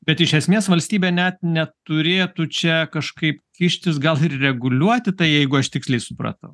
bet iš esmės valstybė net neturėtų čia kažkaip kištis gal ir reguliuoti tai jeigu aš tiksliai supratau